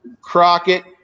Crockett